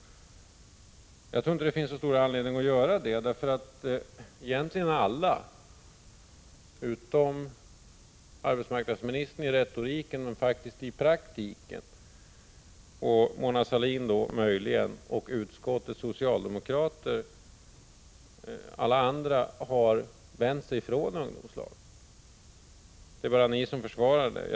Enligt min mening finns det inte så stor anledning att tro detta, eftersom egentligen alla utom arbetsmarknadsministern i retoriken — men inte i praktiken — och möjligen Mona Sahlin och utskottets andra socialdemokrater har vänt sig från ungdomslagen. Det är bara ni som försvarar ungdomslagen.